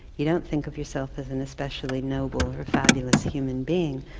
you don't think of yourself as an especially noble or valueless human being,